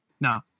No